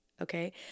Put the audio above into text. okay